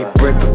brick